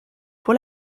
pour